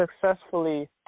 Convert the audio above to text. successfully